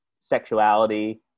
sexuality